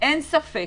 אין ספק